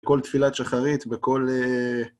בכל תפילת שחרית, בכל...